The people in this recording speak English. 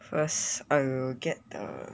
first I'll get the